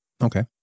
Okay